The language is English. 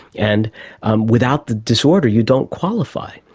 and um without the disorder you don't qualify.